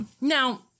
Now